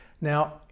Now